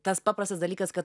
tas paprastas dalykas kad